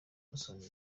musoni